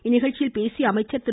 இந்நிகழ்ச்சியில் பேசிய அமைச்சர் திரு